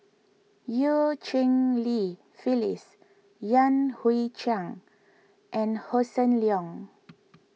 Eu Cheng Li Phyllis Yan Hui Chang and Hossan Leong